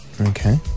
Okay